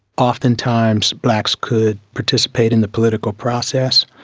oftentimes blacks could participate in the political process.